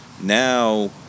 now